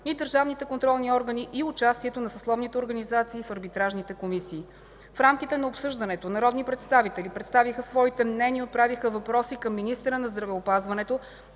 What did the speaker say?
и държавните контролни органи и участието на съсловните организации в арбитражните комисии. В рамките на обсъждането народни представители представиха своите мнения и отправиха въпроси към министъра на здравеопазването,